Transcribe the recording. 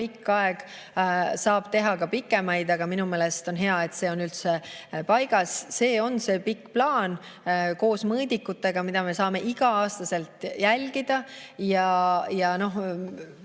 pikk aeg. Saab teha ka pikemaid [plaane], aga minu meelest on hea, et seegi on üldse paigas. See on pikk plaan koos mõõdikutega, mida me saame iga-aastaselt jälgida. On